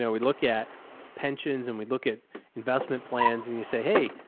yeah we look at pensions and we look at investment plans and you say, hey,